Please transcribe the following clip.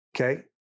okay